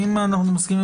ומקומו.